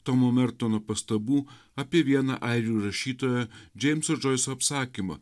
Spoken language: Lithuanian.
tomo mertono pastabų apie vieną airių rašytoją džeimso džoiso apsakymą